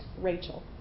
Rachel